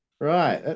Right